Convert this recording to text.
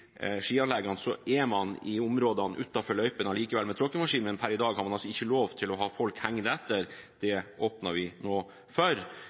skianleggene er man i områdene utenfor løypene allikevel med tråkkemaskin. Per i dag har man altså ikke lov til å ha folk hengende etter. Det åpner vi nå for.